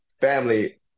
family